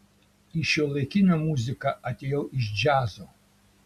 į šiuolaikinę muziką atėjau iš džiazo